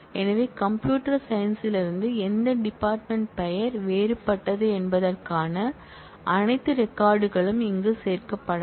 எனவே computer science லிருந்து எந்த டிபார்ட்மென்ட் பெயர் வேறுபட்டது என்பதற்கான அனைத்து ரெக்கார்ட் களும் இங்கு சேர்க்கப்படாது